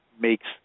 makes